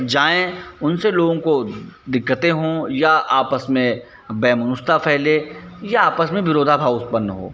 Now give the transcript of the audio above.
जाएँ उनसे लोगों को दिक्कतें हों या आपस में वैमनस्यता फैले या आपस में विरोधाभास उत्पन्न हो